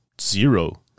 zero